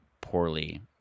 poorly